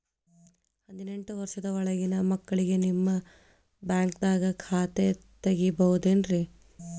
ಹದಿನೆಂಟು ವರ್ಷದ ಒಳಗಿನ ಮಕ್ಳಿಗೆ ನಿಮ್ಮ ಬ್ಯಾಂಕ್ದಾಗ ಖಾತೆ ತೆಗಿಬಹುದೆನ್ರಿ?